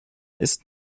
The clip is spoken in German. ist